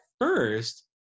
first